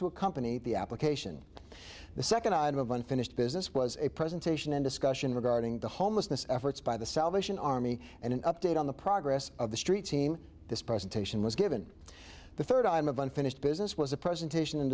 to accompany the application the second item of unfinished business was a presentation and discussion regarding the homelessness efforts by the salvation army and an update on the progress of the streets team this presentation was given the third item of unfinished business was a presentation